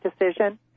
decision